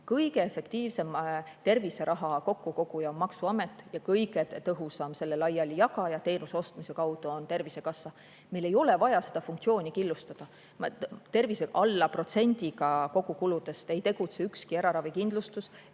Kõige efektiivsem terviseraha kokkukoguja on maksuamet ja kõige tõhusam selle laialijagaja teenuse ostmise kaudu on Tervisekassa. Meil ei ole vaja seda funktsiooni killustada. Alla protsendiga kogukuludest ei tegutse ükski eraravikindlustus